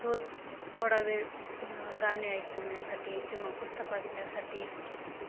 रोज थोडा वेळ गाणे ऐकण्यासाठी किंवा पुस्तक वाचण्यासाठी